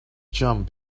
jump